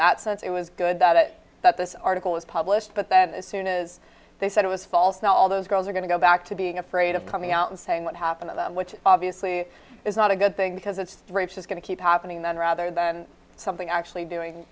that sense it was good that that this article was published but then as soon as they said it was false now all those girls are going to go back to being afraid of coming out and saying what happened which obviously is not a good thing because it's going to keep happening then rather than something actually doing